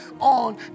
on